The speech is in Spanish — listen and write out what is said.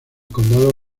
condado